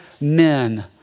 men